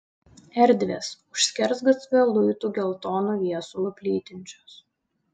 erdvės už skersgatvio luitų geltonu viesulu plytinčios